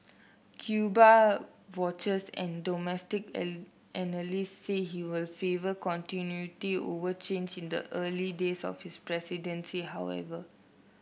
Cuba watchers and domestic analysts say he will favour continuity over change in the early days of his presidency however